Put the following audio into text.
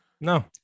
No